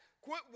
Quit